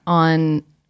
on